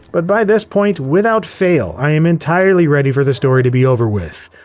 but by this point, without fail i am entirely ready for the story to be over with.